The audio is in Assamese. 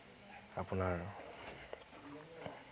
আপোনাৰ